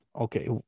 Okay